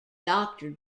doctor